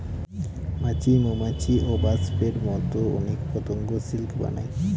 মাছি, মৌমাছি, ওবাস্পের মতো অনেক পতঙ্গ সিল্ক বানায়